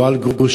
לא על גרושות,